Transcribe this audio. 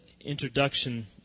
introduction